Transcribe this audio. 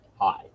Hi